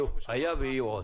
היה ויהיו עוד.